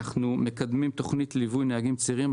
אנחנו מקדמים תוכנית ליווי נהגים צעירים,